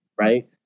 right